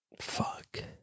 Fuck